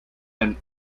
and